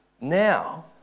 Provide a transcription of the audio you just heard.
Now